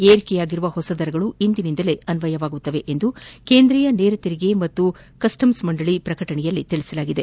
ಏರಿಕೆಯಾಗಿರುವ ಹೊಸ ದರಗಳು ಇಂದಿನಿಂದ ಅನ್ವಯವಾಗುತ್ತದೆ ಎಂದು ಕೇಂದ್ರೀಯ ನೇರ ತೆರಿಗೆ ಮತ್ತು ಕಸ್ವಮ್ಲ್ ಮಂಡಳ ಪ್ರಕಟಣೆಯಲ್ಲಿ ತಿಳಿಸಿದೆ